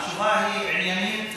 התשובה היא עניינית.